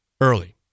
early